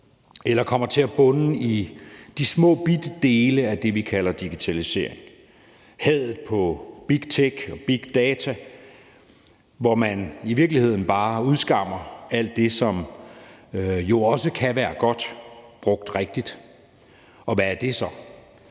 eller kommer til at bunde i de småbitte dele af det, vi kalder digitalisering – hadet til Big Tech og big data, hvor man i virkeligheden bare udskammer alt, det som jo også kan være godt, brugt rigtigt. Og hvad er det så?